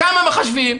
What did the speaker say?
כמה מחשבים?